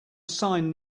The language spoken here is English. sign